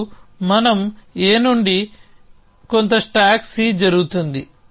అప్పుడు మనం A నుండి కొంత స్టాక్ C జరుగుతుంది